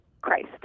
Christ